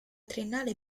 triennale